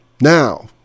Now